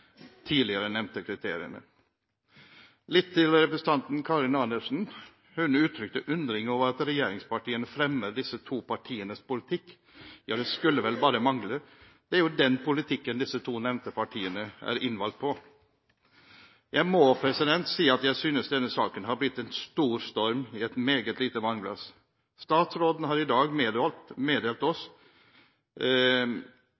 tidligere nevnte kriteriene. Til representanten Karin Andersen, som uttrykte undring over at regjeringspartiene fremmer disse to partienes politikk: Ja, det skulle bare mangle. Det er jo den politikken de to nevnte partiene er innvalgt på. Jeg må si at jeg synes denne saken har blitt en stor storm i et meget lite vannglass. Statsråden har i dag meddelt